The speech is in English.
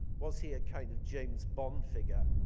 was he a kind of james bond figure?